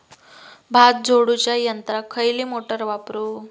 भात झोडूच्या यंत्राक खयली मोटार वापरू?